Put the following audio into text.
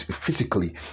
physically